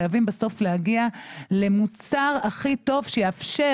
חייבים בסוף להגיע למוצר הכי טוב שיאפשר